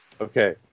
Okay